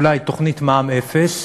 אולי תוכנית מע"מ אפס,